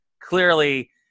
clearly